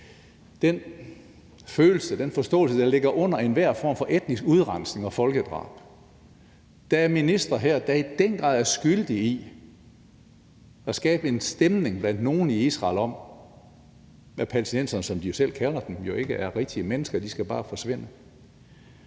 den forståelse, der ligger under enhver form for etnisk udrensning og folkedrab. Der er ministre her, der i den grad er skyldige i at skabe en stemning blandt nogle i Israel om, hvad palæstinenserne, som de jo selv kalder dem, ikke er rigtige mennesker; de skal bare forsvinde.